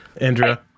Andrea